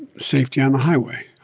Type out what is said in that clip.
safety on the highway.